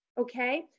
okay